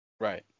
Right